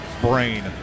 brain